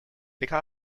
picked